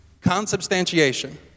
Consubstantiation